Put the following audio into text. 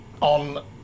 on